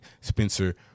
Spencer